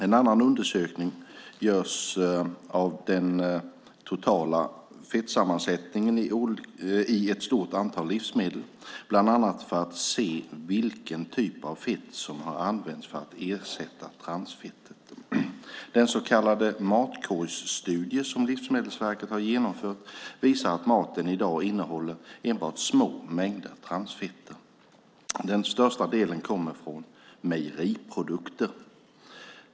En undersökning görs av den totala fettsammansättningen i ett stort antal livsmedel, bland annat för att se vilken typ av fett som har använts för att ersätta transfettet. Den så kallade matkorgsstudie som Livsmedelsverket har genomfört visar att maten i dag innehåller endast små mängder transfetter. Den största delen kommer från mejeriprodukter.